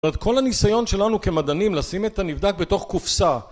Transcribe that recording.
כל הניסיון שלנו כמדענים לשים את הנבדק בתוך קופסה